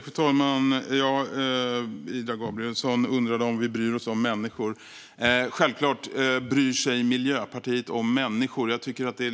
Fru talman! Ida Gabrielsson undrade om vi bryr oss om människor. Självklart bryr sig Miljöpartiet om människor. Jag tycker att en